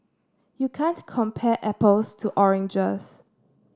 you can't compare apples to oranges